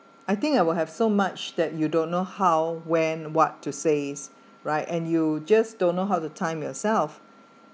I think I will have so much that you don't know how when what to says right and you just don't know how to time yourself